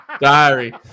diary